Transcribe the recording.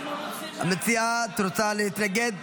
המציעה, את רוצה להתנגד?